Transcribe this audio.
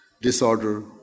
disorder